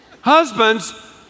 Husbands